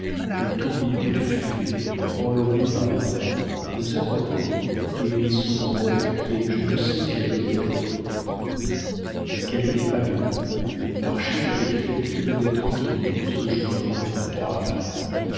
des tourbillons de fumée enlevés par le vent nous apportaient et les sons rauques et je ne sais quelle odeur forte a quelques pas de nous marchait le capitaine qui venait tranquillement se joindre à notre caravane